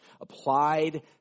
applied